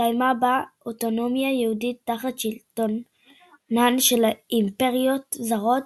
התקיימה בה אוטונומיה יהודית תחת שלטונן של אימפריות זרות,